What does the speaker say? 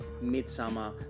Midsummer